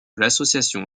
l’association